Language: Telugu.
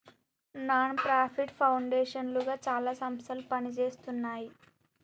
నాన్ ప్రాఫిట్ పౌండేషన్ లుగా చాలా సంస్థలు పనిజేస్తున్నాయి